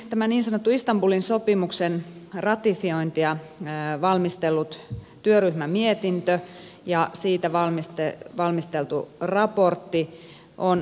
tämä niin sanotun istanbulin sopimuksen ratifiointia valmistelleen työryhmän mietintö ja siitä valmisteltu raportti ovat olleet kompromisseja